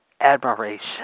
admiration